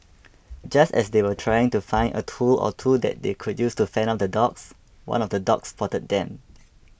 just as they were trying to find a tool or two that they could use to fend off the dogs one of the dogs spotted them